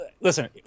Listen